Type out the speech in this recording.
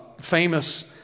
famous